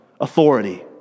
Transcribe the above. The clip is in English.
authority